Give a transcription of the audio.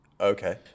Okay